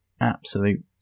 absolute